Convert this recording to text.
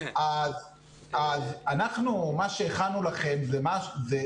הכנו משהו מאוד מיוחד לוועדה הזאת.